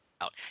out